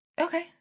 Okay